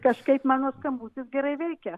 kažkaip mano skambutis gerai veikia